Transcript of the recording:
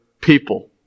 people